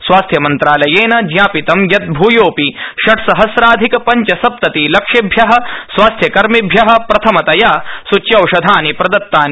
स्वास्थ्यमन्त्रालयेन ज्ञापितं यत् भूयोपि षट् सहस्राधिक पंचसप्तति लक्षेभ्य स्वास्थ्यकर्मिभ्य प्रथमतया सुच्यौषधानि प्रदत्तानि